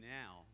now